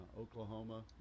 oklahoma